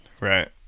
Right